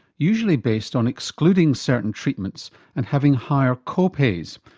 usually based on excluding certain treatments and having higher co-pays,